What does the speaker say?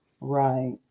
Right